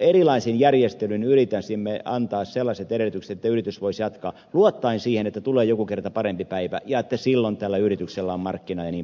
erilaisin järjestelyin yrittäisimme antaa sellaiset edellytykset että yritys voisi jatkaa luottaen siihen että tulee joku kerta parempi päivä ja että silloin sillä on markkina jnp